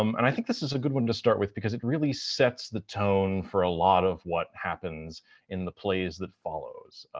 um and i think this is a good one to start with because it really sets the tone for a lot of what happens in the plays that follows. ah,